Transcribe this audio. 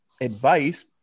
advice